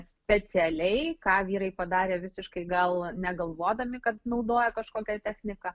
specialiai ką vyrai padarė visiškai gal negalvodami kad naudoja kažkokią techniką